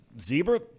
Zebra –